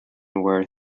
wear